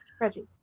Reggie